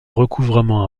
recouvrement